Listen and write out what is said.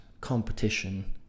competition